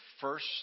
first